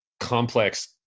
complex